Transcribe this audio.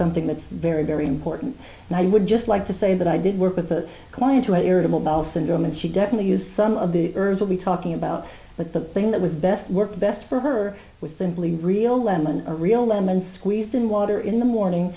something that's very very important and i would just like to say that i did work with a client who irritable bowel syndrome and she definitely used some of the herbal be talking about but the thing that was best worked best for her was simply real lemon a real lemon squeezed in water in the morning